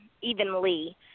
evenly